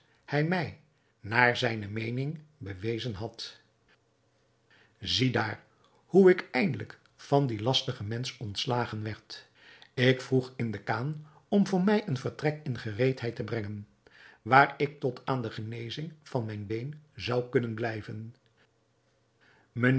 hij mij naar zijne meening bewezen had ziedaar hoe ik eindelijk van dien lastigen mensch ontslagen werd ik vroeg in de khan om voor mij een vertrek in gereedheid te brengen waar ik tot aan de genezing van mijn been zou kunnen blijven